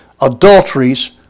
adulteries